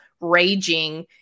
raging